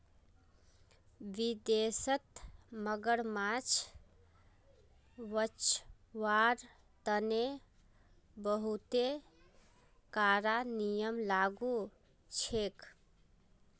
विदेशत मगरमच्छ बचव्वार तने बहुते कारा नियम लागू छेक